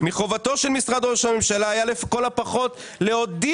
מחובתו של משרד ראש הממשלה היה לכל הפחות להודיע